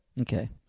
Okay